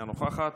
אינה נוכחת,